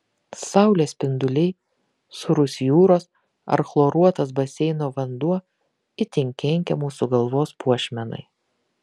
saulės spinduliai sūrus jūros ar chloruotas baseino vanduo itin kenkia mūsų galvos puošmenai